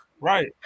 right